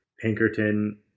Pinkerton